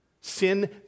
Sin